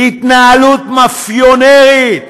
התנהלות מאפיונרית.